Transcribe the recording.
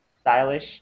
Stylish